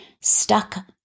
stuck